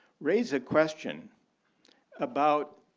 raise a question about,